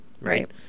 Right